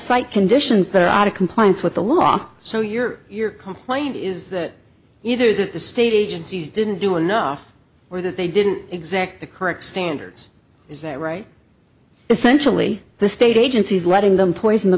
site conditions that are out of compliance with the law so your your complaint is that either that the state agencies didn't do enough or that they didn't exactly correct standards is that right essentially the state agencies letting them poison the